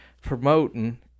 promoting